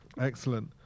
Excellent